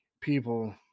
people